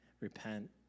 repent